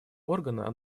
органа